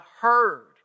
heard